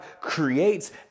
creates